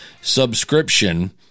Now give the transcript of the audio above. subscription